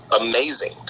amazing